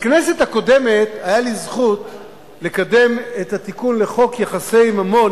בכנסת הקודמת היתה לי זכות לקדם את התיקון לחוק יחסי ממון,